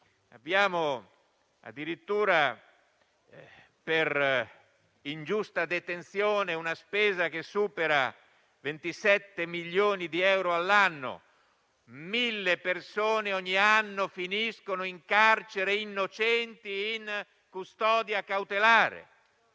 Abbiamo addirittura una spesa per ingiusta detenzione che supera i 27 milioni di euro all'anno: mille persone ogni anno finiscono in carcere da innocenti in custodia cautelare.